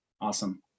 Awesome